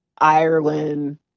Ireland